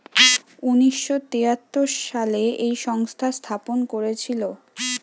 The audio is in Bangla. উনিশ শ তেয়াত্তর সালে এই সংস্থা স্থাপন করেছিল